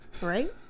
right